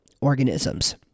organisms